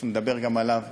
ונדבר גם עליו,